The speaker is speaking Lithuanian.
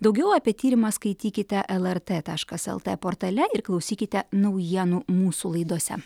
daugiau apie tyrimą skaitykite lrt taškas lt portale ir klausykite naujienų mūsų laidose